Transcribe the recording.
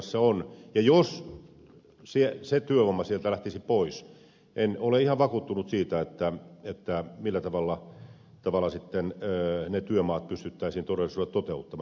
jos se työvoima sieltä lähtisi pois en ole ihan vakuuttunut siitä millä tavalla sitten ne työmaat pystyttäisiin todellisuudessa toteuttamaan